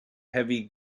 heavy